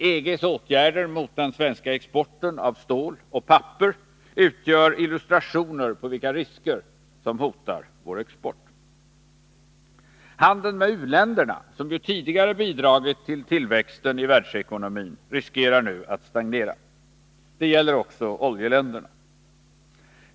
EG:s åtgärder mot den svenska exporten av stål och papper utgör illustrationer när det gäller vilka risker som hotar vår export. Handeln med u-länderna, som ju tidigare bidragit till tillväxten i världsekonomin, riskerar nu att stagnera. Det gäller också oljeländerna.